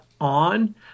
On